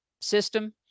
system